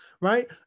right